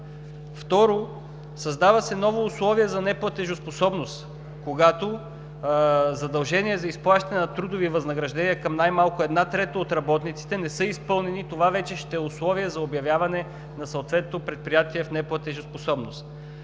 Второ, създава се ново условие за неплатежоспособност, когато задължения за изплащане на трудови възнаграждения към най-малко една трета от работниците не са изпълнени. Това вече ще е условие за обявяване на съответното предприятие в неплатежоспособност.